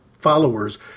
followers